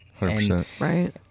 Right